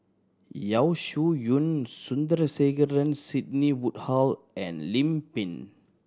Yeo Shih Yun Sandrasegaran Sidney Woodhull and Lim Pin